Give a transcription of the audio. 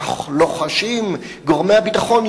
כך לוחשים גורמי הביטחון,